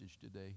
today